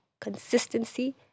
consistency